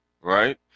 right